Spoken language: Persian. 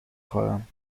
خورم